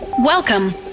Welcome